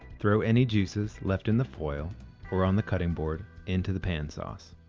throw any juices left in the foil or on the cutting board into the pan sauce.